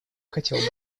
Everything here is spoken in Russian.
хотел